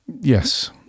yes